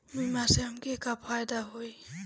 बीमा से हमके का फायदा होई?